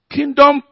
Kingdom